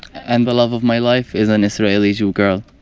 and the love of my life is an israeli jew girl